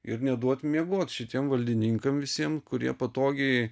ir neduot miegot šitiem valdininkam visiem kurie patogiai